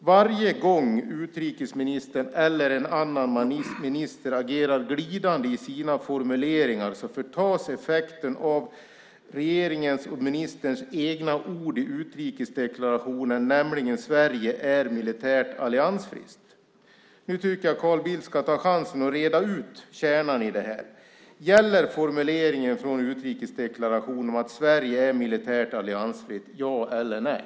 Varje gång utrikesministern eller en annan minister agerar glidande i sina formuleringar förtas effekten av regeringens och ministerns egna ord i utrikesdeklarationen att Sverige är militärt alliansfritt. Jag tycker att Carl Bildt ska ta chansen att reda ut kärnan i detta. Gäller formuleringen i utrikesdeklarationen att Sverige är militärt alliansfritt? Ja eller nej?